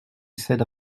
cède